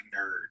nerd